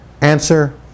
Answer